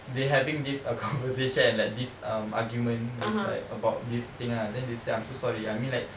they having this uh conversation and like this um argument and it's like about this thing ah then she said I'm so sorry I mean like